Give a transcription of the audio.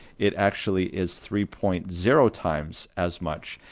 it actually is three point zero times as much,